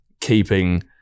keeping